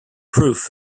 proof